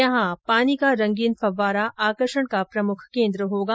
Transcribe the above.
यहां पानी का रंगीन फव्वारा आकर्षण का प्रमुख केन्द्र होगा